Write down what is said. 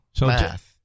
math